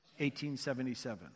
1877